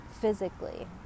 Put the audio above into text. physically